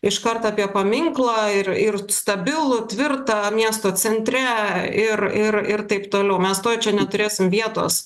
iškart apie paminklą ir ir stabilų tvirtą miesto centre ir ir ir taip toliau mes tuoj čia neturėsim vietos